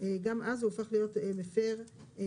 גם אז הוא הופך להיות מפר אמון,